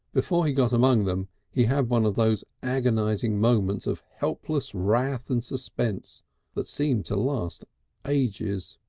before he got among them he had one of those agonising moments of helpless wrath and suspense that seem to last ages,